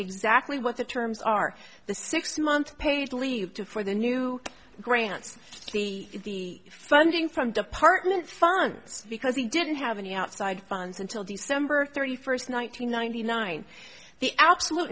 exactly what the terms are the six month paid leave for the new grants the funding from department funds because he didn't have any outside funds until december thirty first one nine hundred ninety nine the absolute